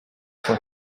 for